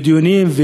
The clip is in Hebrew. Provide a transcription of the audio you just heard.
ודיונים,